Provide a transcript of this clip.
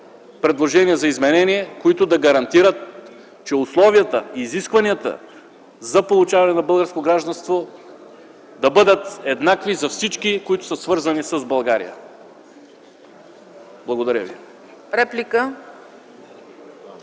предложения за изменения, които да гарантират, че условията, изискванията за получаване на българско гражданство ще бъдат еднакви за всички, които са свързани с България. Благодаря ви.